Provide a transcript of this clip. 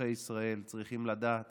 אזרחי ישראל צריכים לדעת